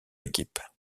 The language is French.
équipes